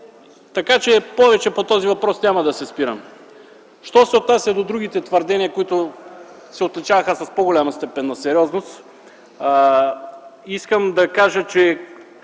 КАЗАК: Повече по този въпрос няма да се спирам. Що се отнася до другите твърдения, които се отличаваха с по-голяма степен на сериозност, искам да кажа, че